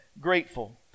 grateful